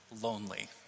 Lonely